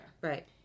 Right